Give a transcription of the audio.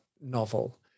novel